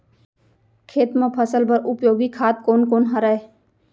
खेत म फसल बर उपयोगी खाद कोन कोन हरय?